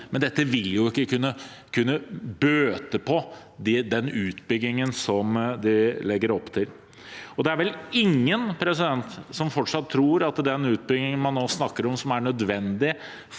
Dette vil jo ikke kunne bøte på den utbyggingen det legges opp til. Det er vel ingen som fortsatt tror at den utbyggingen man nå snakker om, som er nødvendig